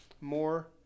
more